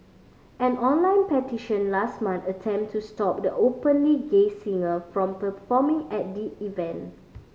an online petition last month attempted to stop the openly gay singer from performing at the event